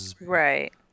Right